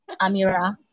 Amira